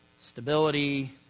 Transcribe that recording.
stability